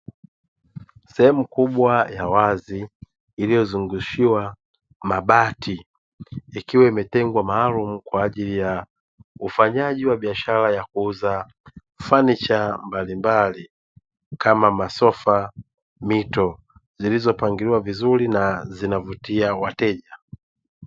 Sehemu kubwa ya wazi iliyozungushiwa mabati ikiwa imetengwa maalumu, kwa ajili ya ufanyaji wa biashara ya kuuza fanicha mbalimbali, kama masofa mito zilizopangiliwa vizuri na zinazovutia wateja.